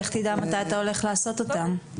לך תדע מתי אתה הולך לעשות אותם.